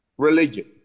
religion